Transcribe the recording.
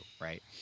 right